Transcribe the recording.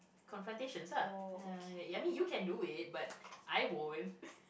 confrontation lah ya I mean you can do it but I won't